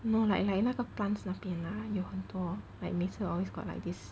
no like like 那个 plants 那边 lah 有很多 like 每次 always got like this